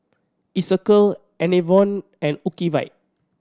Isocal Enervon and Ocuvite